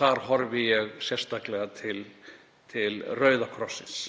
þá horfi ég sérstaklega til Rauða krossins.